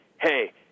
Hey